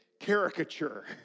caricature